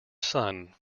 son